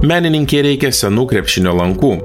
menininkei reikia senų krepšinio lankų